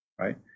Right